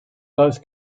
both